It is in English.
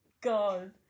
God